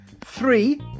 Three